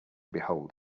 behold